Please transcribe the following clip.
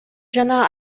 жана